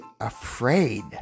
afraid